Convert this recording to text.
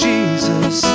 Jesus